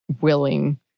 willing